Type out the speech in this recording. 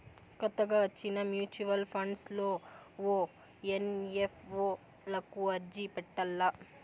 కొత్తగా వచ్చిన mutual funds లో ఓ ఎన్.ఎఫ్.ఓ లకు అర్జీ పెట్టల్ల